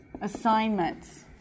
assignments